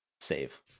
save